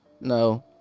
no